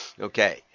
Okay